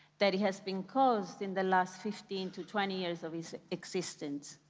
that has been caused in the last fifteen to twenty years of its existence.